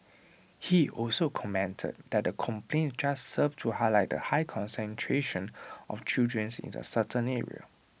he also commented that the complaints just served to highlight the high concentration of children's in A certain area